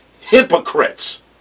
Hypocrites